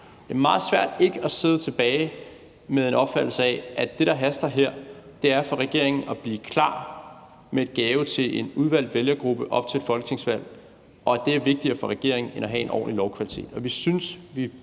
Det er meget svært ikke at sidde tilbage med en opfattelse af, at det, der haster her for regeringen, er at blive klar med en gave til en udvalgt vælgergruppe op til et folketingsvalg – og at det er vigtigere for regeringen end at have en ordentlig lovkvalitet.